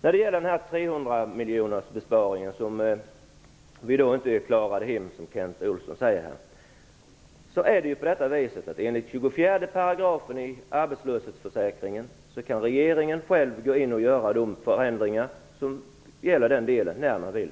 Vad gäller den besparing om 300 miljoner kronor som vi inte klarade, som Kent Olsson säger, kan regeringen själv enligt 24 § i lagen om arbetslöshetsförsäkringen göra de förändringar som det här gäller.